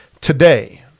today